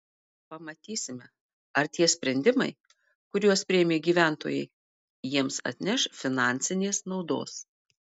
pamatysime ar tie sprendimai kuriuos priėmė gyventojai jiems atneš finansinės naudos